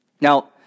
Now